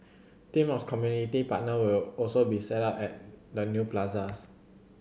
team of community partner will also be set up at the new plazas